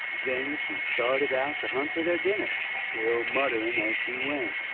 then she started out to hunt for their dinner, still muttering as she went.